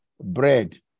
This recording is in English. bread